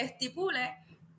estipule